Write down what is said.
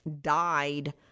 died